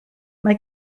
mae